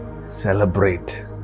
celebrate